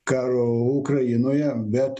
karo ukrainoje bet